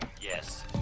Yes